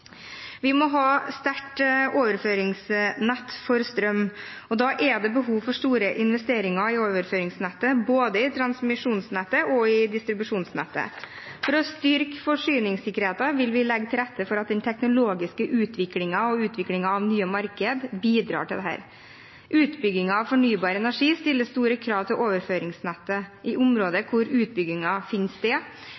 Vi må ha et sterkt overføringsnett for strøm og da er det behov for store investeringer i overføringsnettet, både i transmisjonsnettet og i distribusjonsnettet. For å styrke forsyningssikkerheten vil vi legge til rette for at den teknologiske utviklingen og utviklingen av nye marked bidrar til dette. Utbyggingen av fornybar energi stiller store krav til overføringsnettet i områder